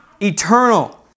eternal